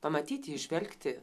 pamatyti įžvelgti